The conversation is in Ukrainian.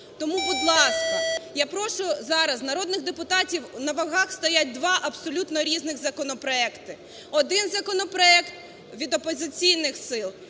Тому, будь ласка, я прошу зараз народних депутатів, на вагах стоять два абсолютно різних законопроекти: один законопроект від опозиційних сил,